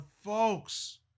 folks